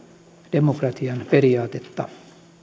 demokratian periaatetta